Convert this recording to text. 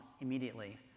immediately